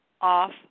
off